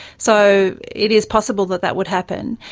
so it is possible that that would happen.